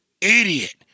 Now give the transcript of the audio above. idiot